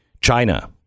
China